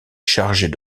chargée